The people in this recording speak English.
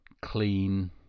clean